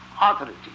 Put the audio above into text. authority